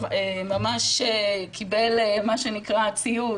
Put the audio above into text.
ממש קיבל ציוד,